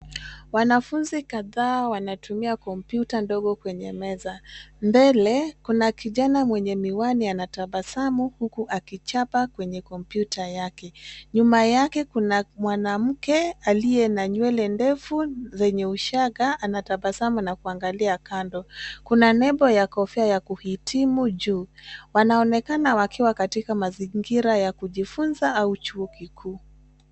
Wanafunzi kadhaa wanatumia kompyuta ndogo kwenye meza. Mbele, kuna kijana mwenye miwani anatabasamu huku akichapa kwenye kompyuta yake. Nyuma yake kuna mwanamke aliye na nywele ndefu zenye ushanga anatabasamu na kuangalia kando. Kuna nembo ya kofia ya kuhitimu juu. Wanaonekana wakiwa katika mazingira ya kujifunza au chuo kikuu.